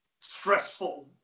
stressful